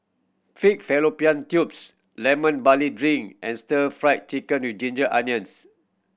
pig fallopian tubes Lemon Barley Drink and Stir Fried Chicken With Ginger Onions